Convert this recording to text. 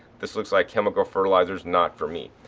this looks like chemical fertilizers. not for me!